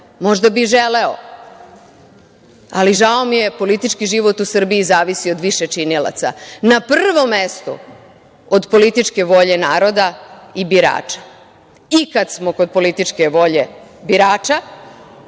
Možda bi želeo, ali žao mi je, politički život u Srbiji zavisi od više činilaca. Na prvom mestu od političke volje naroda i birača. Kad smo kod političke volje birača,